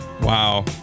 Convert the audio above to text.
Wow